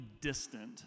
distant